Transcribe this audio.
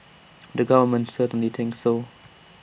the government certainly thinks so